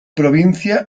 provincia